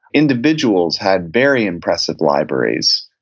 individuals had very impressive libraries,